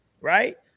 right